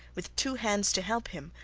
with two hands to help him,